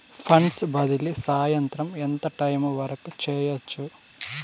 funds బదిలీ సాయంత్రం ఎంత టైము వరకు చేయొచ్చు